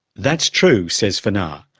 that's true, says fanar,